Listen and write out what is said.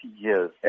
years